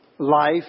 Life